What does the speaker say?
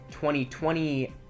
2020